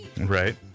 Right